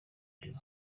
ndimo